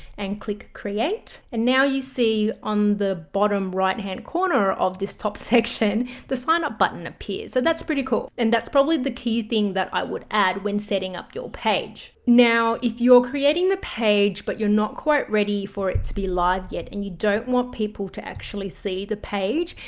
and click create. and now you see on the bottom right-hand corner of this top section. the sign up button appears. so that's pretty cool and that's probably the key thing that i would add when setting up your page. now if you're creating the page, but you're not quite ready for it to be live yet and you don't want people to actually see the page.